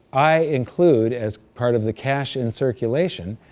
i include as part of the cash in circulation.